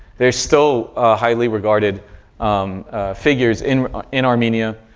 they're still highly regarded um figures in in armenia,